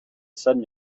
sudden